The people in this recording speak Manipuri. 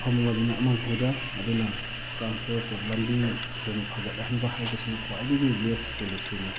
ꯃꯐꯝ ꯑꯃꯗꯩꯅ ꯑꯃ ꯐꯥꯎꯗ ꯑꯗꯨꯅ ꯇ꯭ꯔꯥꯟꯁꯄꯣꯔꯠ ꯂꯝꯕꯤ ꯊꯣꯡ ꯐꯒꯠꯍꯟꯕ ꯍꯥꯏꯕꯁꯤꯅ ꯈ꯭ꯋꯥꯏꯗꯒꯤ ꯕꯦꯁ ꯄꯣꯂꯤꯁꯤꯅꯤ